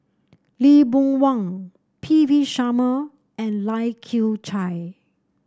Lee Boon Wang P V Sharma and Lai Kew Chai